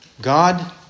God